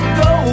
go